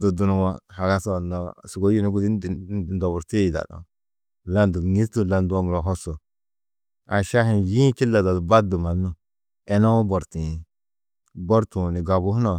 Du dunuwo halas-ã noo sûgoi yunu gudi ndu- ndoburtii yidanú. Landu ŋîsdu landuwo muro hosu, a šahi-ĩ yî-ĩ čilaadodi baddu mannu enou bortiĩ, bortuũ ni gabu hunã